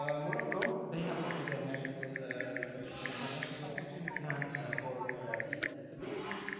ah morocco, they have also the national and national action plan for e-accessibility.